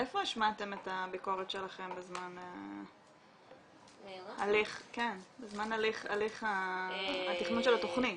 איפה השמעתם את הביקורת שלכם בזמן הליך התכנון של התכנית?